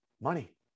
money